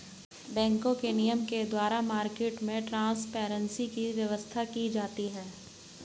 बैंकों के नियम के द्वारा मार्केट ट्रांसपेरेंसी की व्यवस्था की जाती है